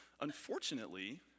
Unfortunately